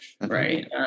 right